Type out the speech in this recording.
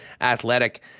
athletic